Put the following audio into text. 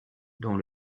dont